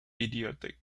idiotic